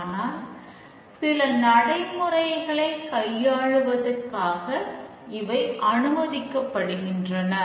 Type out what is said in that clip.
ஆனால் சில நடைமுறைகளை கையாள்வதற்காக இவை அனுமதிக்கப்படுகின்றன